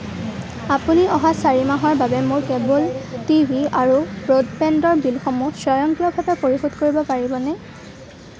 আপুনি অহা চাৰি মাহৰ বাবে মোৰ কেবোল টিভি আৰু ব্ৰডবেণ্ডৰ বিলসমূহ স্বয়ংক্ৰিয়ভাৱে পৰিশোধ কৰিব পাৰিবনে